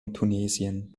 tunesien